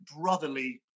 brotherly